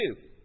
two